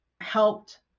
helped